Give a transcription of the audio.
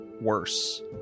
worse